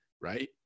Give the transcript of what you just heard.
Right